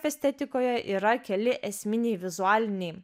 estetikoje yra keli esminiai vizualiniai